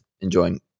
enjoying